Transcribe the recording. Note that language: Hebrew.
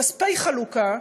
כספי חלוקה,